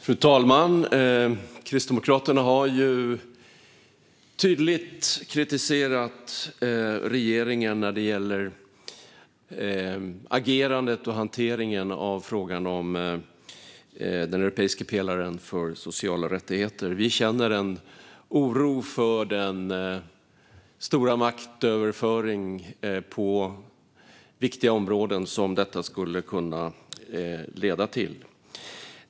Fru talman! Kristdemokraterna har tydligt kritiserat regeringen när det gäller agerandet i och hanteringen av frågan om den europeiska pelaren för sociala rättigheter. Vi känner en oro för den stora maktöverföring på viktiga områden som detta skulle kunna leda till.